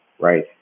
right